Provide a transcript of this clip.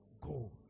go